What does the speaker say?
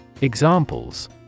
Examples